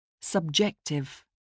Subjective